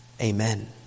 Amen